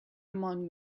among